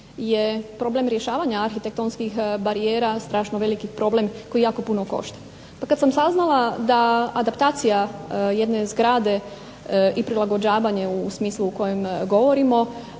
je problem rješavanja arhitektonskih barijera strašno veliki problem koji jako puno košta. Pa kada sam saznala da adaptacija jedne zgrade i prilagođavanje u smislu o kojem govorimo